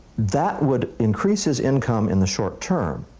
that would increase his income in the short term